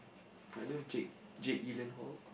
I love Jake Jake-Gyllenhaal